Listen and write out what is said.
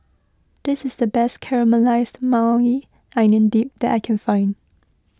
this is the best Caramelized Maui Onion Dip that I can find